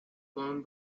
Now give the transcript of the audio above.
blown